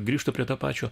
grįžtu prie to pačio